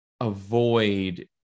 avoid